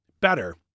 better